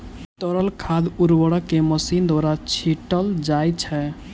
तरल खाद उर्वरक के मशीन द्वारा छीटल जाइत छै